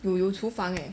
有有厨房 leh